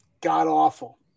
god-awful